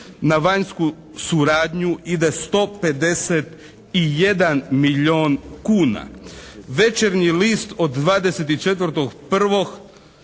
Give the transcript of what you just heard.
na vanjsku suradnju ide 151 milijun kuna. Večernji list od 24.1.